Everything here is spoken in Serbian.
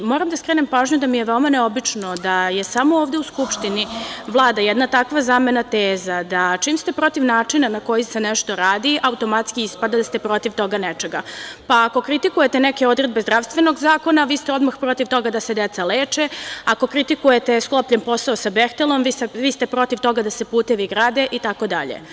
Moram da skrenem pažnju da mi je veoma neobično da samo ovde u Skupštini vlada jedna takva zamena teza da čim ste protiv načina na koji se nešto radi, automatski ispada da ste protiv toga nečega, pa ako kritikujete neke odredbe Zdravstvenog zakona, vi ste odmah protiv toga da se deca leče, ako kritikujete sklopljen posao sa „Behtelom“, vi ste protiv toga da se putevi grade, itd.